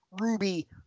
Ruby